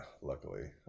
Luckily